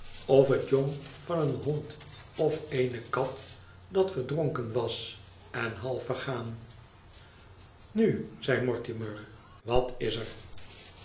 of het jong van een hond of eene kat dat verdronken was en half vergaan na zei mortimer wat is er